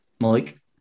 Malik